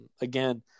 again